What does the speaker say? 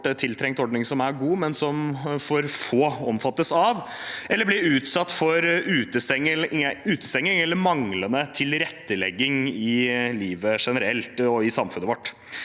tiltrengt ordning som er god, men som for få omfattes av, eller å bli utsatt for utestenging eller manglende tilrettelegging i livet generelt og i samfunnet vårt.